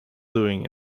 doing